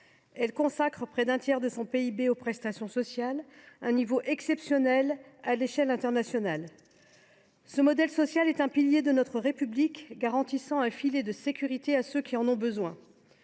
Elle consacre près d’un tiers de son PIB aux prestations sociales, un niveau exceptionnel à l’échelle internationale. Ce modèle social est un pilier de notre République : il garantit un filet de sécurité à ceux qui en ont besoin.